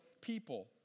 people